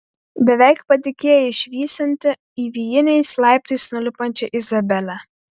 beveik patikėjo išvysianti įvijiniais laiptais nulipančią izabelę